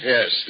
Yes